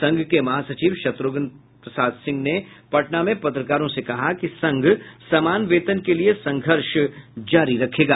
संघ के महासचिव शत्रुघ्न प्रसाद सिंह ने पटना में पत्रकारों से कहा कि संघ समान वेतन के लिये संघर्ष जारी रखेगा